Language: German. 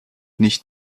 nicht